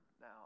now